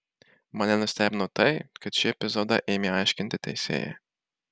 mane nustebino tai kad šį epizodą ėmė aiškinti teisėjai